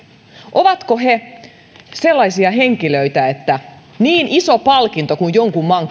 ovatko he sellaisia henkilöitä että he ansaitsevat niin ison palkinnon kuin jonkun maan